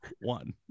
one